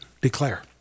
declare